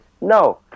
No